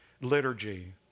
liturgy